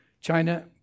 China